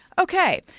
Okay